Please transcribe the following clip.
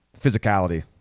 physicality